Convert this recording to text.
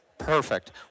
Perfect